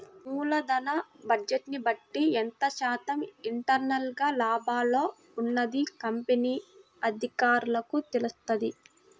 మూలధన బడ్జెట్ని బట్టి ఎంత శాతం ఇంటర్నల్ గా లాభాల్లో ఉన్నది కంపెనీ అధికారులకు తెలుత్తది